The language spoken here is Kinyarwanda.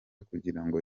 kugirango